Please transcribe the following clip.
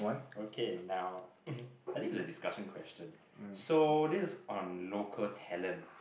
okay now I think it's a discussion question so this is on local talent